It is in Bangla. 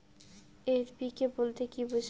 এন.পি.কে বলতে কী বোঝায়?